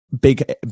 big